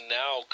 now